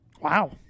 Wow